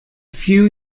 few